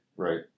Right